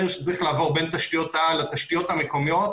שצריך לעבור בין תשתיות העל לתשתיות המקומיות